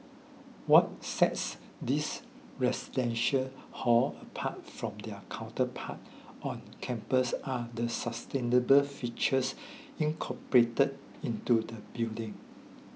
what sets these residential hall apart from their counterpart on campus are the sustainable features incorporated into the building